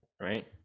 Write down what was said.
right